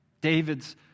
David's